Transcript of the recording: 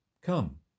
Come